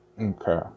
Okay